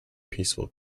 peaceful